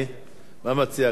מה מציע כבוד השר?